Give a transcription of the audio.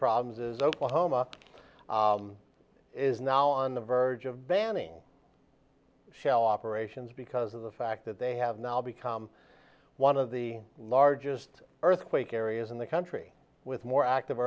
problems is oklahoma is now on the verge of banning shell operations because of the fact that they have now become one of the largest earthquake areas in the country with more active